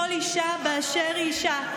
כל אישה באשר היא אישה.